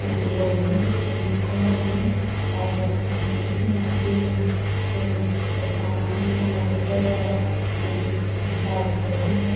ꯃꯁꯤ ꯒꯣꯔꯃꯦꯟꯒꯤ ꯁ꯭ꯀꯤꯝ ꯃꯈꯜ ꯑꯃꯅꯤ ꯍꯥꯏꯔꯤꯕ ꯁ꯭ꯀꯤꯝꯁꯤꯡꯁꯤꯒꯤ ꯃꯇꯦꯡꯅ ꯑꯩꯈꯣꯏꯅ ꯄꯩꯁꯥ ꯃꯔꯝ ꯆꯥꯅ ꯊꯣꯛꯆꯗ꯭ꯔꯕ ꯑꯃꯗꯤ ꯃꯁꯥꯒꯤ ꯆꯍꯤꯒ